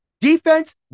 Defense